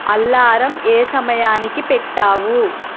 alarm ఏ సమయానికి పెట్టావు